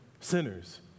sinners